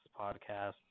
podcast